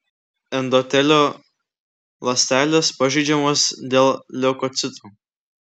endotelio ląstelės pažeidžiamos dėl leukocitų